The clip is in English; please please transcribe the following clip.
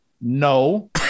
No